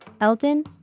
Elton